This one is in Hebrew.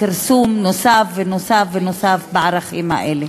לכרסום נוסף ונוסף ונוסף בערכים האלה.